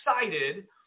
excited